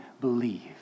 believe